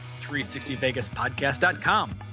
360VegasPodcast.com